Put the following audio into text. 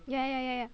ya ya ya ya